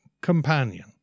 companion